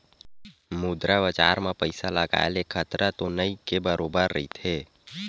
मुद्रा बजार म पइसा लगाय ले खतरा तो नइ के बरोबर रहिथे